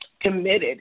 committed